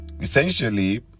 essentially